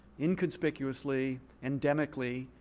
inconspicuously, endemically,